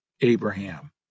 Abraham